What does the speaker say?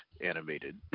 animated